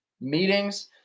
meetings